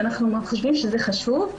אנחנו חושבים שזה חשוב,